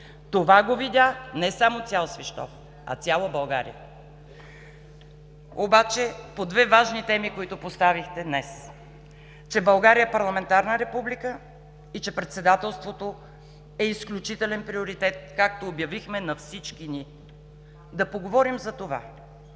Това го видя не само цял Свищов, а цяла България. По две важни теми, които поставихте днес: че България е парламентарна република, и че председателството е изключителен приоритет, както обявихте на всички ни. Да поговорим за това